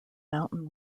mountain